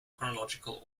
chronological